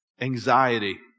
anxiety